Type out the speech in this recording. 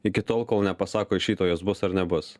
iki tol kol nepasako iš ryto jos bus ar nebus